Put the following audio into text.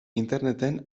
interneten